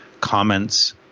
comments